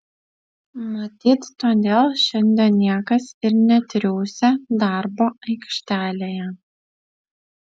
matyt todėl šiandien niekas ir netriūsia darbo aikštelėje